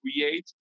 create